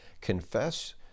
Confess